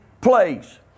place